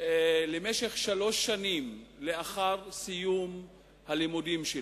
למשך שלוש שנים לאחר סיום לימודיו.